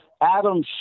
Adam